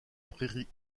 prairies